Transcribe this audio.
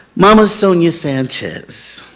norma sonia sanchez,